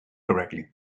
correctly